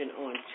on